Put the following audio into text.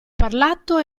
parlato